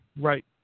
Right